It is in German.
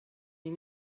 ihn